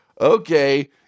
okay